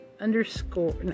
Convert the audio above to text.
underscore